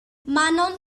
manon